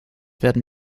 werden